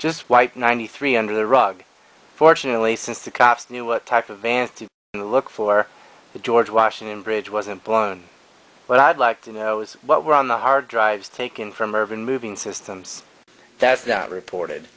just wiped ninety three under the rug fortunately since the cops knew what type of band to look for the george washington bridge wasn't blown but i'd like to know is what were on the hard drives taken from urban moving systems that's not reported